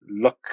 look